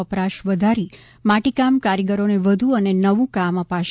વપરાશ વધારી માટીકામ કારીગરોને વધુ અને નવું કામ અપાશે